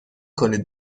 کنید